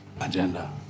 Agenda